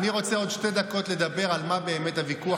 אני רוצה עוד שתי דקות לדבר על מה באמת הוויכוח,